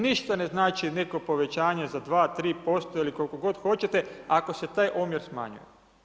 Ništa ne znači neko povećanje za 2, 3% ili koliko god hoćete, ako se taj omjer smanji.